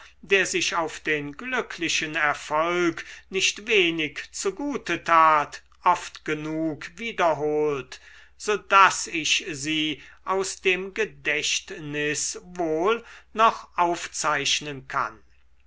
der sich auf den glücklichen erfolg nicht wenig zugute tat oft genug wiederholt so daß ich sie aus dem gedächtnis wohl noch aufzeichnen kann